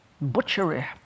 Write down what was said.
butchery